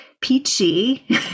peachy